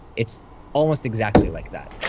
it's almost exactly like that.